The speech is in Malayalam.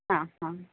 അ അ